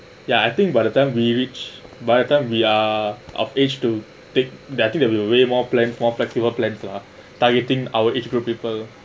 ya I think by the time we reached by the time we are of age to take that I think we will way more plan more flexible plans lah targeting our age group people